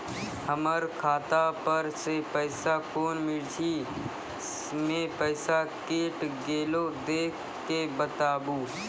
हमर खाता पर से पैसा कौन मिर्ची मे पैसा कैट गेलौ देख के बताबू?